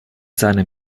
seinem